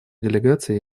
делегация